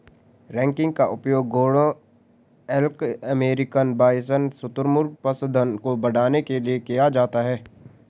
ranking का उपयोग घोड़ों एल्क अमेरिकन बाइसन शुतुरमुर्ग पशुधन को बढ़ाने के लिए किया जाता है